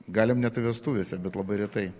galim net ir vestuvėse bet labai retai